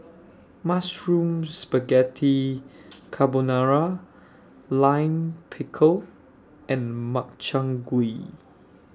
Mushroom Spaghetti Carbonara Lime Pickle and Makchang Gui